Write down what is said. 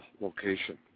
Location